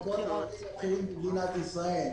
גברתי השרה,